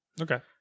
Okay